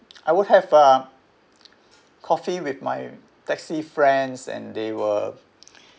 I would have a coffee with my taxi friends and they will